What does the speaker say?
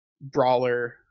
brawler